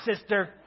sister